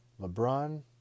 LeBron